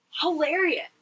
hilarious